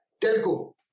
Telco